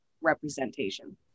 representation